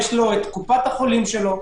יש לו קופת החולים שלו,